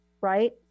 right